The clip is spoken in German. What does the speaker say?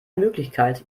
möglichkeit